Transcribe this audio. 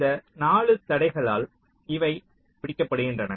இந்த 4 தடைகளால் இவை பிடிக்கப்படுகின்றன